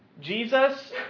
Jesus